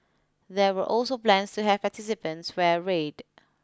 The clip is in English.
there were also plans to have participants wear red